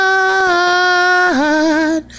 God